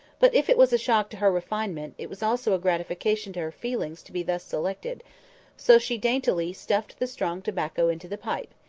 but if it was a shock to her refinement, it was also a gratification to her feelings to be thus selected so she daintily stuffed the strong tobacco into the pipe,